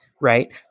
right